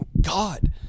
God